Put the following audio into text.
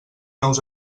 nous